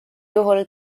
juhul